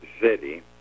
city